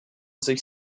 sich